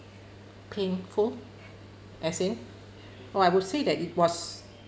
painful as in or I would say that it was